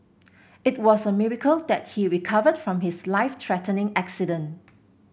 it was a miracle that he recovered from his life threatening accident